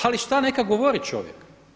Ali šta, neka govori čovjek.